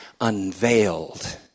unveiled